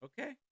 Okay